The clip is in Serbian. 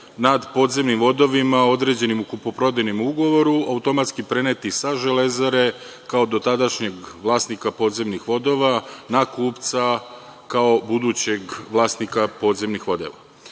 nad podzemnim vodovima određenim u kupoprodajnom ugovoru automatski preneti sa Železare kao dotadašnjeg vlasnika podzemnih vodova na kupca kao budućeg vlasnika podzemnih vodova. Iako